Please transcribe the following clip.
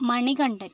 Manikandan